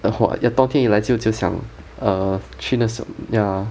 的话要冬天一来就就想 err 去那种 ya